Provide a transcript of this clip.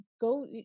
go